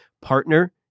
partner